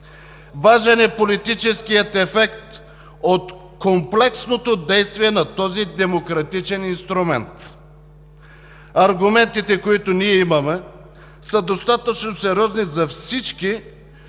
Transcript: Важен е политическият ефект от комплексното действие на този демократичен инструмент. Аргументите, които ние имаме, са достатъчно сериозни за всички,